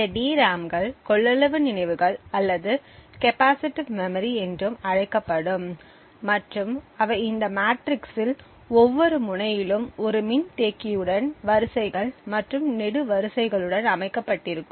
இந்த டிராம்கள் கொள்ளளவு நினைவுகள் அல்லது கெபாசிட்டிவ் மெமரி என்றும் அழைக்கப்படும் மற்றும் அவை இந்த மேட்ரிக்ஸில் ஒவ்வொரு முனையிலும் ஒரு மின்தேக்கியுடன் வரிசைகள் மற்றும் நெடுவரிசைகளுடன் அமைக்கப்பட்டிருக்கும்